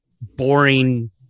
boring